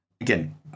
Again